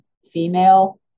Female